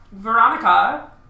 Veronica